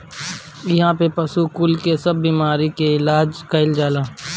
इहा पे पशु कुल के सब बेमारी के इलाज कईल जाला